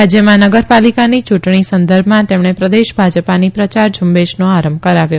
રાજથમાં નગર ાલિકાની ચુંટણી સંદર્ભમાં તેમણે પ્રદેશ ભાજીાની પ્રચાર ઝુંબેશને આરંભ કરાવ્યો